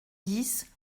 dix